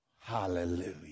Hallelujah